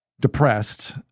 depressed